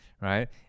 right